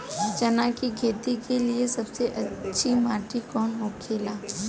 चना की खेती के लिए सबसे अच्छी मिट्टी कौन होखे ला?